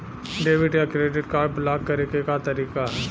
Debit या credit card block करे के का तरीका ह?